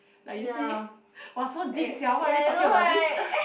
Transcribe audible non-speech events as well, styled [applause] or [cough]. like you see [laughs] !wah! so deep sia why are we talking about this [laughs]